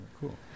cool